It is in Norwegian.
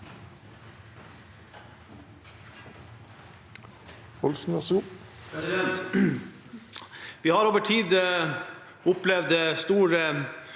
Vi har over tid opplevd en stor